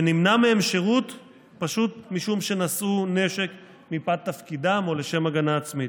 ונמנע מהם שירות פשוט משום שנשאו נשק מפאת תפקידם או לשם הגנה עצמית.